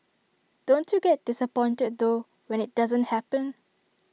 don't you get disappointed though when IT doesn't happen